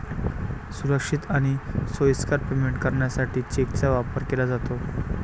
सुरक्षित आणि सोयीस्कर पेमेंट करण्यासाठी चेकचा वापर केला जातो